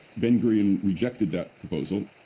ben-gurion rejected that proposal,